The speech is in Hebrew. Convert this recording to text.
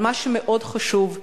אבל מה שמאוד חשוב,